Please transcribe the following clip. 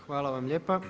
Hvala vam lijepa.